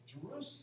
Jerusalem